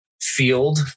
field